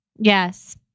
yes